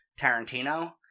Tarantino